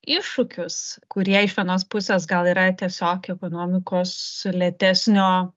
iššūkius kurie iš vienos pusės gal yra tiesiog ekonomikos lėtesnio